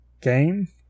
game